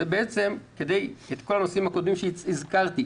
לגבי כל הנושאים הקודמים שהזכרתי,